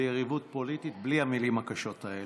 ביריבות פוליטית, בלי המילים הקשות האלה.